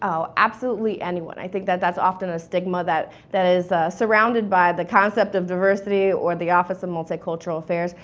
um absolutely anyone. i think that that's often a stigma that, that is surrounded by the concept of diversity or the office of multicultural affairs.